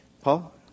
Paul